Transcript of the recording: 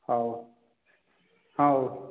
ହଉ ହଉ